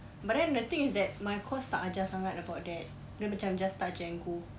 but then the thing is that my course tak ajar sangat about that dia macam just touch and go